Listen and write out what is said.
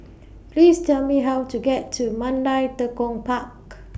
Please Tell Me How to get to Mandai Tekong Park